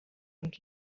und